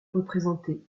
représenter